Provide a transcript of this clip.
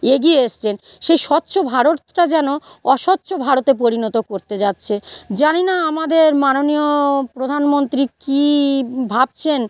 এগিয়ে এসেছেন সেই স্বচ্ছ ভারতটা যেন অস্বচ্ছ ভারতে পরিণত করতে যাচ্ছে জানি না আমাদের মাননীয় প্রধানমন্ত্রী কী ভাবছেন